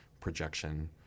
projection